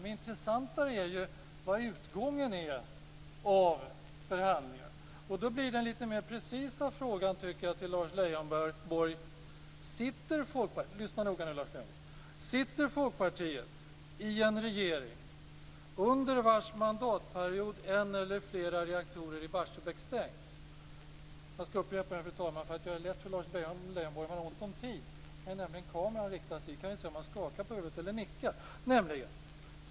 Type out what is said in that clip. Men intressantare är ju utgången av förhandlingarna. Då blir den litet mer precisa frågan till Lars Leijonborg - lyssna noga nu: Sitter Folkpartiet i en regering under vars mandatperiod en eller flera reaktorer i Jag skall upprepa frågan, fru talman, för att göra det lätt för Lars Leijonborg. Han har ju ont om tid, men om kameran riktas dit kan vi se om han skakar på huvudet eller nickar.